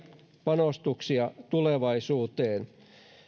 panostuksia tulevaisuuteen